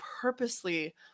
purposely